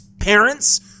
parents